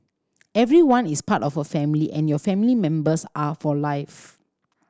everyone is part of a family and your family members are for life